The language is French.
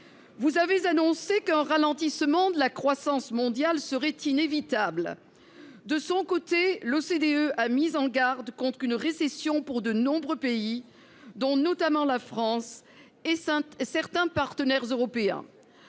Vous avez annoncé qu'un ralentissement de la croissance nationale serait inévitable. De son côté, l'OCDE a mis en garde contre une récession pour de nombreux pays, notamment la France et certains partenaires européens.